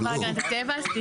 חברה להגנת הטבע.